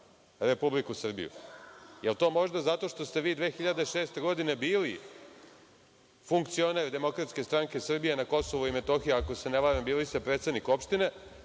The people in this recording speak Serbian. Republiku Srbiju. Je li to možda zato što ste vi 2006. godine bili funkcioner DSS na Kosovu i Metohiji, ako se ne varam, bili ste predsednik opštine,